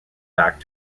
back